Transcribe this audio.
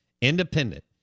Independent